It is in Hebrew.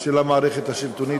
של המערכת השלטונית.